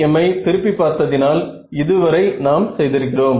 FEM ஐ திருப்பி பார்த்ததினால் இது வரை நாம் செய்திருக்கிறோம்